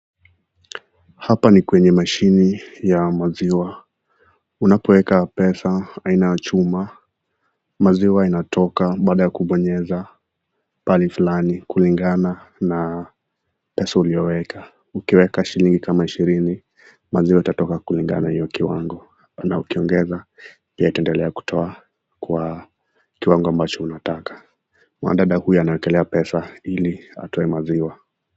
Hapa ni kwenye mashini ya maziwa. Unapoweka pesa, aina ya chuma, maziwa inatoka baada ya kubonyeza pahali fulani kulingana na pesa uliyoweka. Ukiweka shilingi kama ishirini, maziwa itatoka kulingana na hiyo kiwango na ukiongeza yataendelea kutoa kwa kiwango ambacho unataka . Mwanadada huyu anawekelea pesa ili atoe maziwa.